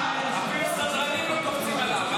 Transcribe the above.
אפילו הסדרנים לא קופצים עליו,